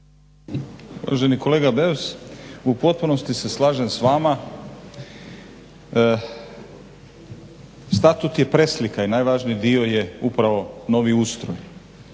Uvaženi kolega Beus, u potpunosti se slažem s vama. Statut je preslika i najvažniji dio je upravno novi ustroj